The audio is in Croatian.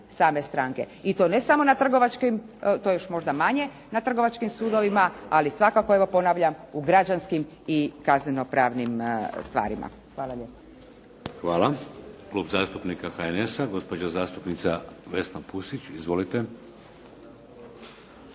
same stranke. I to ne samo na trgovačkim, to je još možda manje na trgovačkim sudovima, ali svakako evo ponavljam u građanskim i kaznenopravnim stvarima. Hvala lijepa. **Šeks, Vladimir (HDZ)** Hvala. Klub zastupnika HNS-a, gospođa zastupnica Vesna Pusić. Izvolite.